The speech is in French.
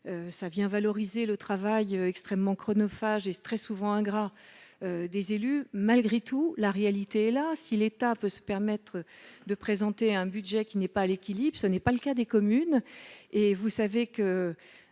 de valoriser le travail extrêmement chronophage et très souvent ingrat des élus. Malgré tout, la réalité est là : si l'État peut se permettre de présenter un budget qui n'est pas à l'équilibre, ce n'est pas le cas des communes.